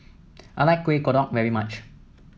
I like Kueh Kodok very much